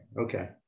Okay